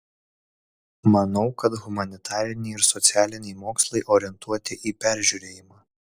manau kad humanitariniai ir socialiniai mokslai orientuoti į peržiūrėjimą